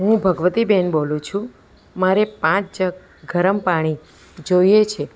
હું ભગવતીબેન બોલું છું મારે પાંચ જગ ગરમ પાણી જોઈએ છે